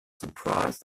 surprised